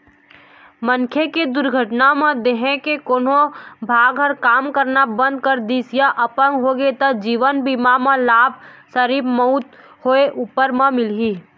मनखे के दुरघटना म देंहे के कोनो भाग ह काम करना बंद कर दिस य अपंग होगे त जीवन बीमा म लाभ सिरिफ मउत होए उपर म मिलही